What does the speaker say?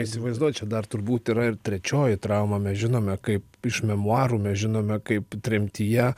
įsivaizduot čia dar turbūt yra ir trečioji trauma mes žinome kaip iš memuarų mes žinome kaip tremtyje